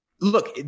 look